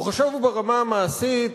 הוא חשוב ברמה המעשית,